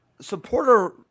supporter